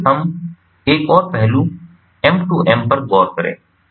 आइए हम एक और पहलू M 2 M पर गौर करें